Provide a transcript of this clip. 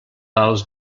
els